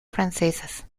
francesas